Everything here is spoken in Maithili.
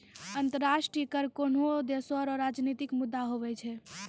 अंतर्राष्ट्रीय कर कोनोह देसो रो राजनितिक मुद्दा हुवै छै